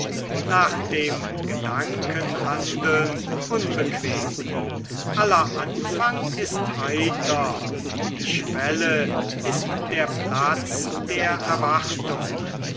nach dem gedanken handeln unbequem aller anfang ist heiter die schwelle ist der platz der erwartung